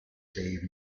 save